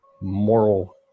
moral